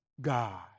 God